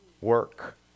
work